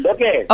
Okay